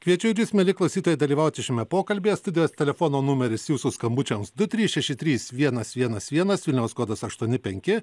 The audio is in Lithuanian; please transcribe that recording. kviečiu ir jus mieli klausytojai dalyvauti šiame pokalbyje studijos telefono numeris jūsų skambučiams du trys šeši trys vienas vienas vienas vilniaus kodas aštuoni penki